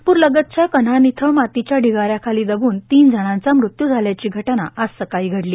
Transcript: नागपूर लगतच्या कन्हान इथं मातीचा ढीगाऱ्याखाली दबून तीनं जणांचा मृत्यू झाल्याची घटना आज सकाळी घडली